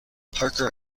parker